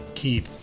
keep